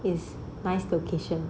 is nice location